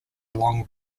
long